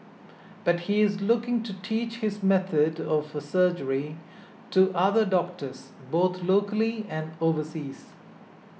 but he is looking to teach this method of surgery to other doctors both locally and overseas